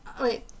Wait